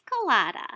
colada